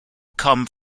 come